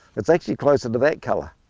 it's actually closer to that colour,